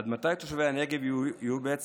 עד מתי תושבי הנגב יסבלו?